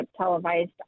televised